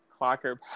Clocker